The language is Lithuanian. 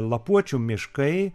lapuočių miškai